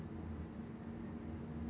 mmhmm